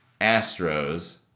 Astros